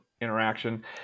interaction